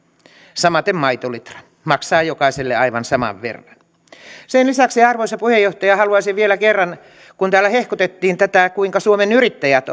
samaten maitolitra maksaa jokaiselle aivan saman verran sen lisäksi arvoisa puheenjohtaja haluaisin vielä kerran sanoa kun täällä hehkutettiin tätä kuinka suomen yrittäjät